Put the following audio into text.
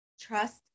trust